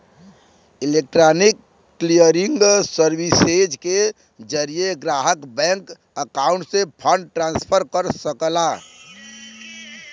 electronic clearing services के जरिये ग्राहक बैंक अकाउंट से फंड ट्रांसफर कर सकला